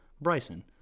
Bryson